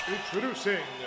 Introducing